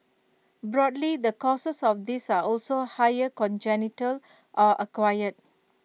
broadly the causes of this are also higher congenital or acquired